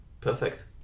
perfect